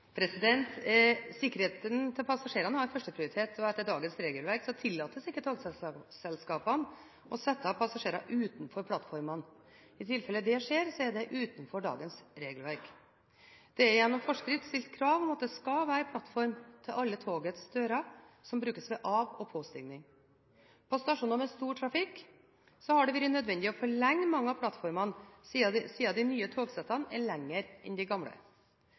Sikkerheten til passasjerene har førsteprioritet. Etter dagens regelverk tillates ikke togselskapene å sette av passasjerer utenfor plattformene. I tilfelle det skjer, er det utenfor dagens regelverk. Det er gjennom forskrift stilt krav om at det skal være plattform til alle togets dører som brukes ved av- og påstigning. På stasjoner med stor trafikk har det vært nødvendig å forlenge mange av plattformene, siden de nye togsettene er lengre enn de gamle.